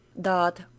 dot